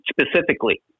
specifically